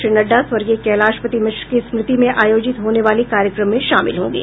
श्री नड्डा स्वर्गीय कैलाशपति मिश्र की स्मृति में आयोजित होने वाले कार्यक्रम में शामिल होंगे